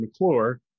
McClure